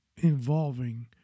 involving